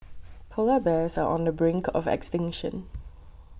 Polar Bears are on the brink of extinction